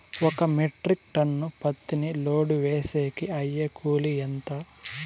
ఒక metric ton పత్తిని load వేసేకి అయ్యే కూలి ఎంత?